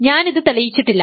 ഞാനിത് തെളിയിച്ചില്ല